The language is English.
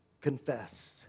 confess